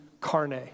carne